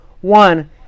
one